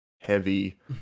heavy